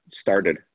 started